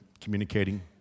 communicating